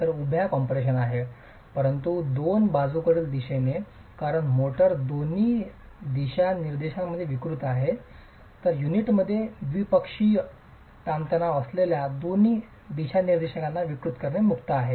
तर उभ्या कम्प्रेशन आहे परंतु दोन बाजूकडील दिशेने कारण मोर्टार दोन्ही दिशानिर्देशांमध्ये विकृत होत आहे युनिटमध्ये द्विपक्षीय द्विभाषिक ताणतणाव असलेल्या दोन्ही दिशानिर्देशांना विकृत करणे मुक्त आहे